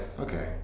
okay